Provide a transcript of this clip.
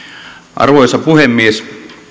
arvoisa puhemies